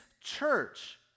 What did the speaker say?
Church